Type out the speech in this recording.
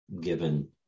given